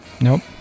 Nope